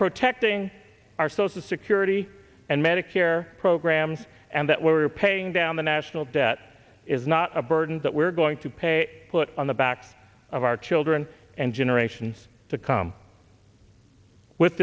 protecting our social security and medicare programs and that we are paying down the national debt is not a burden that we're going to pay put on the back of our children and generations to come with